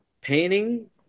painting